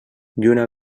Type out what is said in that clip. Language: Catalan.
lluna